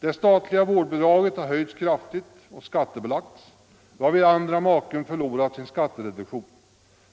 Det statliga vårdbidraget har höjts kraftigt och skattebelagts, varvid andre maken förlorar sin skattereduktion,